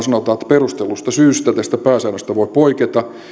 sanotaan että perustellusta syystä tästä pääsäännöstä voi poiketa